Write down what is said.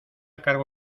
cargo